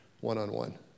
one-on-one